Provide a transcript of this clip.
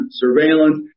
surveillance